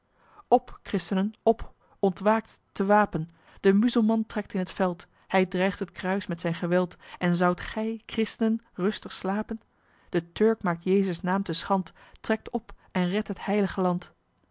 op christ'nen op ontwaakt te wapen de muzelman trekt in het veld hij dreigt het kruis met zijn geweld en zoudt gij christ'nen rustig slapen de turk maakt jezus naam te schand trekt op en redt het heil'ge land